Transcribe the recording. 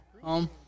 home